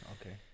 Okay